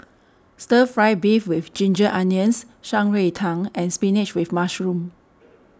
Stir Fry Beef with Ginger Onions Shan Rui Tang and Spinach with Mushroom